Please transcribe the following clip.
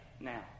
now